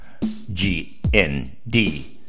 GND